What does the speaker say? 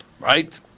Right